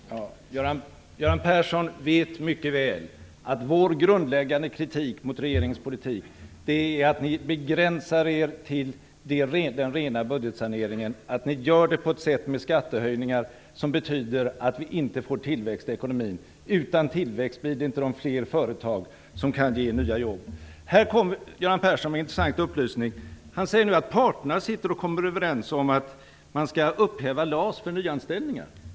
Fru talman! Göran Persson vet mycket väl att vår grundläggande kritik mot regeringens politik är att ni begränsar er till den rena budgetsaneringen. Ni gör det på ett sätt med skattehöjningar som betyder att vi inte får tillväxt i ekonomin. Utan tillväxt blir det inte fler företag som kan ge nya jobb. Här kom Göran Persson med en intressant upplysning. Han säger att parterna sitter och kommer överens om att man skall upphäva LAS för nyanställningar.